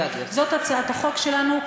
זאת הצעת החוק שלנו,